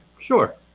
sure